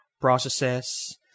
processes